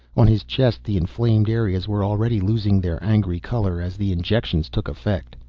on his chest, the inflamed areas were already losing their angry color as the injections took affect.